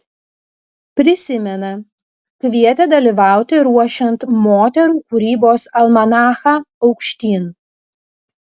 prisimena kvietė dalyvauti ruošiant moterų kūrybos almanachą aukštyn